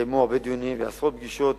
התקיימו הרבה דיונים ועשרות פגישות